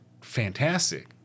fantastic